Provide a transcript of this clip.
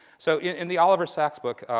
so in the oliver sacks book,